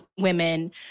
women